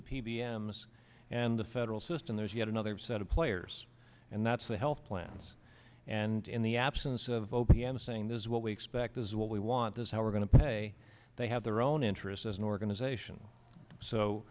s and the federal system there's yet another set of players and that's the health plans and in the absence of o p m saying this is what we expect is what we want this how we're going to pay they have their own interests as an organization so